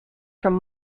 from